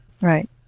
Right